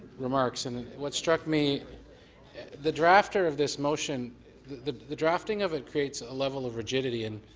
remarks and what struck me the drafter of this motion the the drafting of it creates a level of regivity and